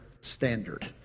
standard